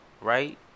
Right